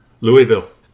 Louisville